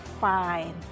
fine